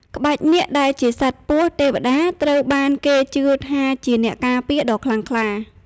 ក្បាច់នាគដែលជាសត្វពស់ទេវតាត្រូវបានគេជឿថាជាអ្នកការពារដ៏ខ្លាំងក្លា។